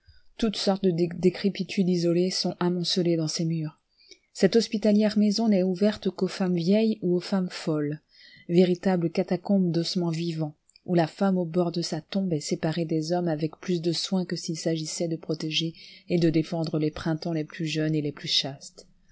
toutes sortes de décrépitudes isolées sont amoncelées dans ces murs cette hospitalière maison n'est ouverte qu'aux femmes vieilles ou aux femmes folles véritable catacombe d'ossements vivants où la femme au bord de sa tombe est séparée des hommes avec plus de soin que s'il s'agissait de protéger et de défendre les printemps les plus jeunes et les plus chastes